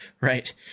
right